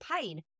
pain